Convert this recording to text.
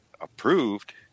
approved